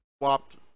swapped